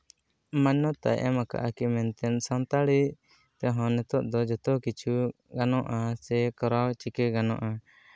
ᱢᱟᱱᱱᱚᱛᱟᱭ ᱮᱢ ᱠᱟᱜ ᱟᱭ ᱢᱮᱱᱛᱮ ᱥᱟᱱᱛᱟᱲᱤ ᱛᱮᱦᱚᱸ ᱱᱤᱛᱚᱜ ᱫᱚ ᱡᱚᱛᱚ ᱠᱤᱪᱷᱩ ᱜᱟᱱᱚᱜᱼᱟ ᱥᱮ ᱠᱚᱨᱟᱣ ᱪᱤᱠᱟᱹ ᱜᱟᱱᱚᱜᱼᱟ